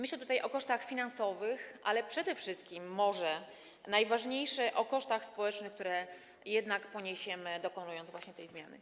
Myślę tutaj o kosztach finansowych, ale przede wszystkim, to może najważniejsze, o kosztach społecznych, które jednak poniesiemy, dokonując tej zmiany.